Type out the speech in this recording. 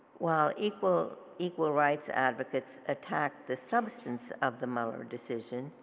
while equal equal rights advocates attacked the substance of the muller decision,